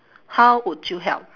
how would you help